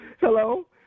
Hello